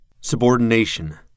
Subordination